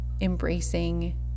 embracing